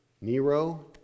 Nero